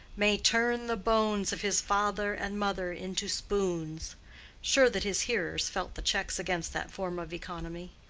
may turn the bones of his father and mother into spoons sure that his hearers felt the checks against that form of economy.